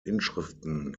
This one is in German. inschriften